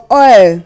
oil